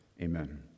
Amen